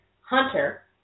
hunter